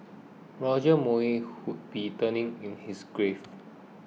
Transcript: Roger Moore would be turning in his grave